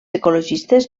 ecologistes